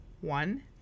One